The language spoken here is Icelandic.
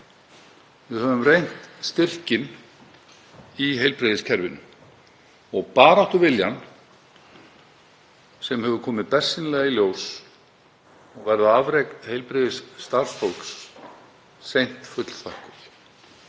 Við höfum reynt styrkinn í heilbrigðiskerfinu og baráttuviljann sem hefur komið bersýnilega í ljós og verða afrek heilbrigðisstarfsfólks seint fullþökkuð.